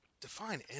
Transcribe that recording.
Define